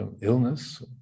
illness